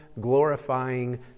glorifying